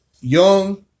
young